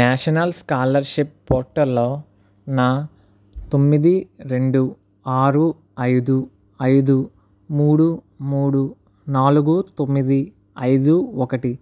national scholarship portal లో నా తొమ్మిది రెండు ఆరు ఐదు ఐదు మూడు మూడు నాలుగు తొమ్మిది ఐదు ఒకటి